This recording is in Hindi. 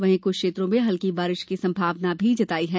वहीं कुछ क्षेत्रों में हल्की बारिश की संभावना भी जताई गई है